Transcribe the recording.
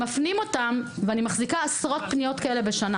מפנים אותם, ואני מחזיקה עשרות פניות כאלה בשנה